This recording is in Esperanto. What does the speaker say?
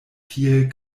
tiel